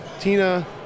Tina